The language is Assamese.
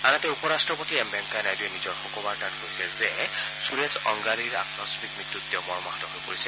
আনহাতে উপৰাট্টপতি এম ভেংকায়ানাইড়ুয়ে নিজৰ শোকবাৰ্তাত কৈছে যে সুৰেশ অংগড়ীৰ আকস্মিক মৃত্যুত তেওঁ মৰ্মাহত হৈ পৰিছে